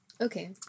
Okay